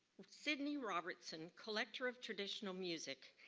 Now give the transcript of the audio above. sidney robertson, collector of traditional music,